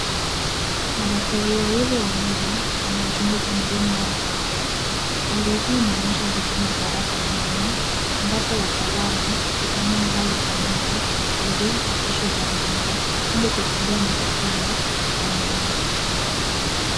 Madaktari wawili wa meno wanachunguza mdomo wa mgonjwa. Hali hii inaonyesha huduma za afya ya meno ambapo wataalamu hudhamini hali za meno, hizi na tishu za mdomo ili kugundua matatizo za meno.